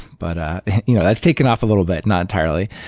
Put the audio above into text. but ah you know that's taken off a little bit, not entirely.